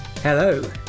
Hello